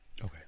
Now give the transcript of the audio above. Okay